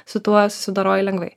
su tuo susidoroji lengvai